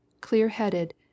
clear-headed